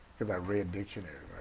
cause i read dictionaries,